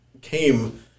came